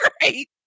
great